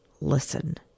Listen